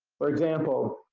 for example,